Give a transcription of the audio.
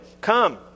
come